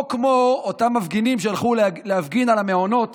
או כמו אותם מפגינים שהלכו להפגין על המעונות